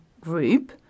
group